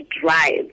drive